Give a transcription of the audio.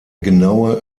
genaue